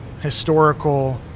historical